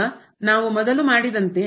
ಈಗ ನಾವು ಮೊದಲು ಮಾಡಿದಂತೆ